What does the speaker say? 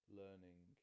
learning